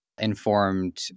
informed